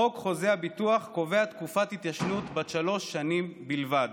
חוק חוזה הביטוח קובע תקופת התיישנות בת שלוש שנים בלבד.